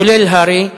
כולל הר"י,